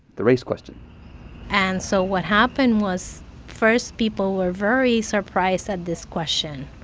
the race question and so what happened was, first, people were very surprised at this question.